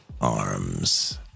arms